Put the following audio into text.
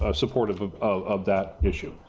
ah sportive of of that issue.